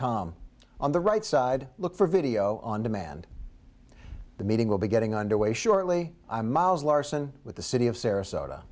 com on the right side look for video on demand the meeting will be getting underway shortly i'm miles larson with the city of sarasota